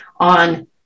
on